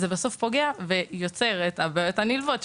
אז זה בסוף פוגע ויוצר את הבעיות הנלוות,